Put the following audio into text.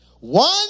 one